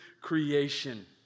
creation